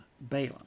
Balaam